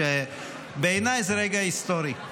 שבעיניי זה רגע היסטורי.